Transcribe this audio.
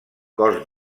cos